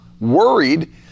worried